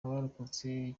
abarokotse